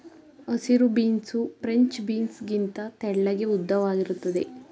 ಹಸಿರು beans French beans ಗಿಂತ ತೆಳ್ಳಗೆ ಉದ್ದವಾಗಿರುತ್ತದೆ